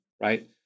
right